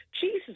Jesus